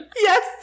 Yes